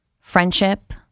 friendship